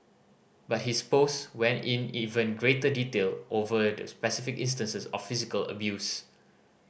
but his post went in even greater detail over the specific instances of physical abuse